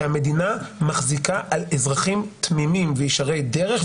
שהמדינה מחזיקה על אזרחים תמימים וישרי דרך,